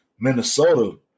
Minnesota